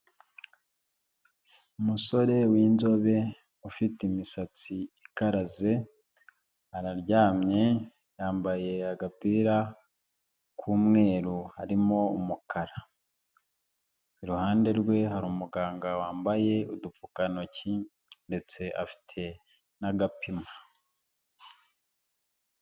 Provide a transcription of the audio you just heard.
Umusore w'inzobe ufite imisatsi ikaraze araryamye yambaye agapira k'umweru harimo umukara. Iruhande rwe hari umuganga wambaye udupfukantoki ndetse afite n'agapima.